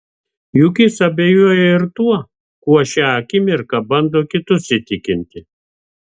juk jis abejoja ir tuo kuo šią akimirką bando kitus įtikinti